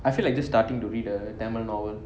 I feel like just starting to read the tamil novel